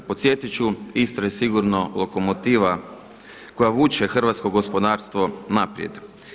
Podsjetit ću Istra je sigurno lokomotiva koja vuče hrvatsko gospodarstvo naprijed.